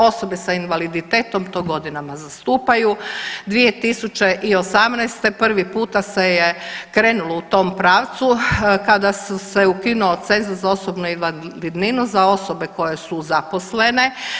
Osobe sa invaliditetom to godinama zastupaju, 2018. prvi puta se je krenulo u tom pravcu kada se je ukinuo cenzus za osobnu invalidninu za osobe koje su zaposlene.